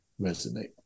resonate